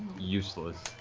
useless.